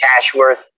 Cashworth